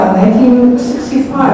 1965